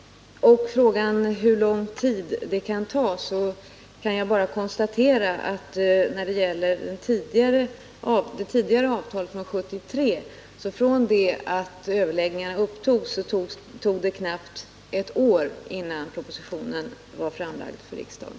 På frågan hur lång tid det kan ta kan jag bara svara att från den tidpunkt överläggningarna togs upp beträffande det tidigare avtalet, från 1973, dröjde det knappt ett år innan propositionen var framlagd för riksdagen.